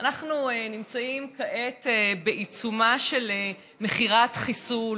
אנחנו נמצאים כעת בעיצומה של מכירת חיסול,